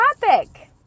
topic